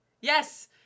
Yes